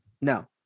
No